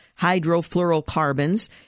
hydrofluorocarbons